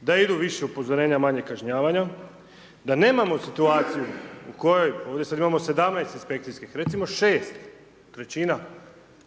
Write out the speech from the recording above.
da idu više upozorenja, a manje kažnjavanja, da nemamo situaciju u kojoj ovdje sada imamo 17 inspekcijskih, recimo 6 trećina,